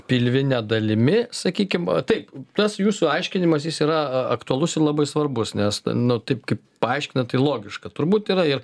pilvine dalimi sakykim va taip tas jūsų aiškinimas jis yra aktualus ir labai svarbus nes nu taip kaip paaiškinot tai logiška turbūt yra ir